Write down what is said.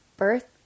Birth